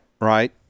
right